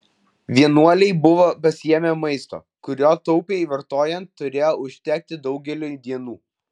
vienuoliai buvo pasiėmę maisto kurio taupiai vartojant turėjo užtekti daugeliui dienų